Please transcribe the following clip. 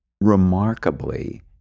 remarkably